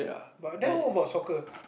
but then what about soccer